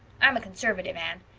i'm a conservative, anne.